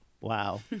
Wow